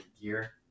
gear